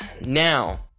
now